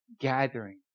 gathering